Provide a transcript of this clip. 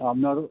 আপনারও